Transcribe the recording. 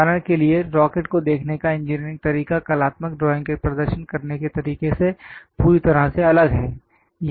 उदाहरण के लिए रॉकेट को देखने का इंजीनियरिंग तरीका कलात्मक ड्राइंग के प्रदर्शन करने के तरीके से पूरी तरह से अलग है